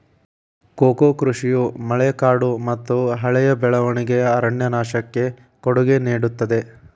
cocoa ಕೃಷಿಯು ಮಳೆಕಾಡುಮತ್ತುಹಳೆಯ ಬೆಳವಣಿಗೆಯ ಅರಣ್ಯನಾಶಕ್ಕೆ ಕೊಡುಗೆ ನೇಡುತ್ತದೆ